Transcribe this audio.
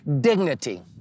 dignity